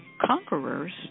conquerors